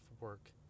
work